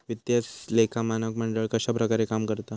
वित्तीय लेखा मानक मंडळ कश्या प्रकारे काम करता?